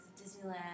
Disneyland